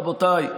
רבותיי,